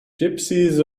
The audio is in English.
gypsies